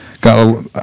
got